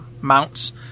mounts